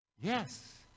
Yes